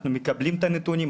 אנחנו מקבלים את הנתונים,